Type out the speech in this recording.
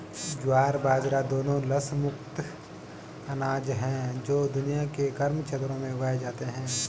ज्वार बाजरा दोनों लस मुक्त अनाज हैं जो दुनिया के गर्म क्षेत्रों में उगाए जाते हैं